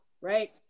right